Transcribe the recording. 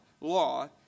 law